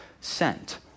Sent